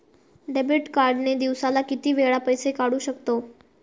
Debit card ने दिवसाला किती वेळा पैसे काढू शकतव?